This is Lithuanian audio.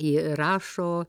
i rašo